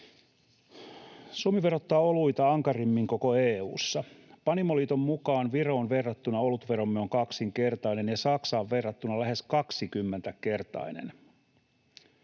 Suomi verottaa oluita ankarimmin koko EU:ssa. Panimoliiton mukaan Viroon verrattuna olutveromme on kaksinkertainen ja Saksaan verrattuna lähes 20-kertainen.